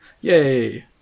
Yay